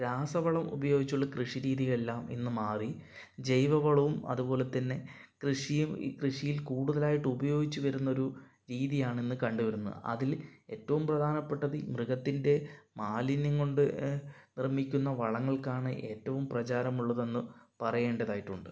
രാസവളം ഉപയോഗിച്ചുള്ള കൃഷി രീതിയെല്ലാം ഇന്ന് മാറി ജൈവ വളവും അതുപോലെത്തന്നെ കൃഷിയും കൃഷിയിൽ കൂടുതലായിട്ട് ഉപയോഗിച്ച് വരുന്നൊരു രീതിയാണ് ഇന്ന് കണ്ടു വരുന്നത് അതിൽ ഏറ്റവും പ്രധാനപ്പെട്ടത് മൃഗത്തിൻ്റെ മാലിന്യം കൊണ്ട് നിർമ്മിക്കുന്ന വളങ്ങൾക്കാണ് ഏറ്റവും പ്രചാരമുള്ളതെന്ന് പറയേണ്ടതായിട്ടുണ്ട്